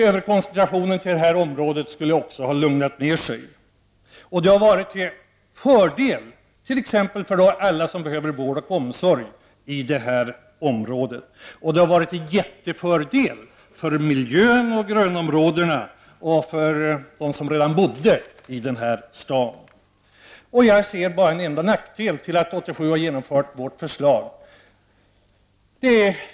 Överkoncentrationen till det här området skulle också ha lugnat ner sig. Det hade t.ex. varit till fördel för alla som behöver vård och omsorg i området. Det hade varit en mycket stor fördel för miljön och grönområdena och för dem som redan bodde i staden. Jag ser bara en enda nackdel som skulle uppstå om man 1987 hade genomfört vårt förslag.